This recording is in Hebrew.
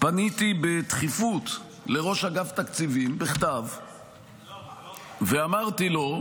פניתי בכתב בדחיפות לראש אגף תקציבים ואמרתי לו,